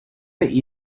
the